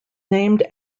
named